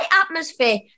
atmosphere